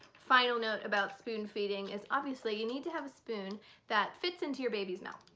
final note about spoon feeding is obviously you need to have a spoon that fits into your babies mouth.